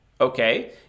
okay